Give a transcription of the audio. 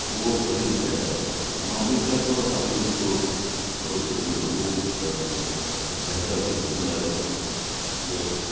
उहो वरी बि बैटर आहे त मां उमीद कयां थो असांजो जेको भविष्य थींदो उहो बहितरु थींदो सुनहरो थींदो जय झूलेलाल